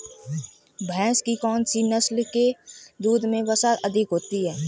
भैंस की कौनसी नस्ल के दूध में वसा अधिक होती है?